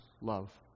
love